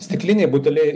stikliniai buteliai